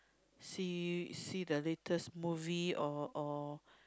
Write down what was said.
see see the latest movie or or